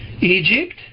Egypt